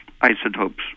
isotopes